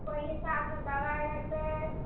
ओही हिसाबसँ दवाइ हेतै